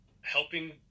helping